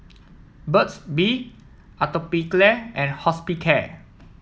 Burt's Bee Atopiclair and Hospicare